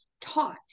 taught